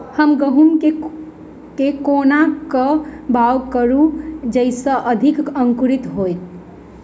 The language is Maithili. हम गहूम केँ कोना कऽ बाउग करू जयस अधिक अंकुरित होइ?